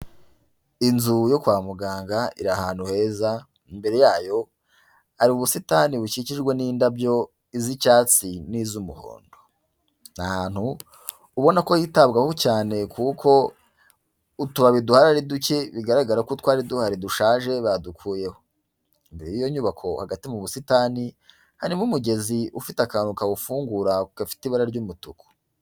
Inzu yo kwa muganga iri ahantu heza, imbere yayo hari ubusitani bukikijwe n'indabyo z'icyatsi n'iz'umuhondo. Ni ahantu ubona ko hitabwaho cyane kuko utubabi duhari ari duke, bigaragara ko utwari duhari dushaje badukuyeho, imbere yiyo nyubako hagati mu busitani harimo umugezi ufite akantu kawufungura gafite ibara ry'umutuku.